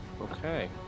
Okay